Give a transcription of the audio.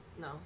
No